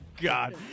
God